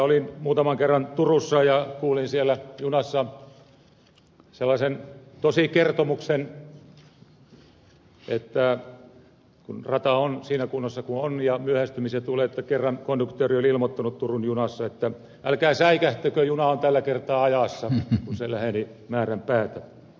olin muutaman kerran turussa ja kuulin siellä junassa sellaisen tosikertomuksen että kun rata on siinä kunnossa kuin on ja myöhästymisiä tulee niin kerran konduktööri oli ilmoittanut turun junassa että älkää säikähtäkö juna on tällä kertaa ajassa kun se läheni määränpäätä